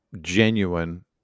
genuine